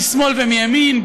משמאל ומימין,